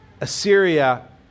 Assyria